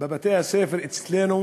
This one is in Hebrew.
בבתי-הספר אצלנו